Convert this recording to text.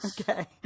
Okay